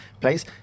place